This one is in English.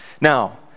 Now